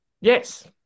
Yes